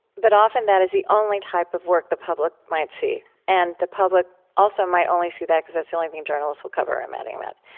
but often that is the only type of work the public might see. and the public also might only see that because it's the only thing journalists will cover i'm adding that.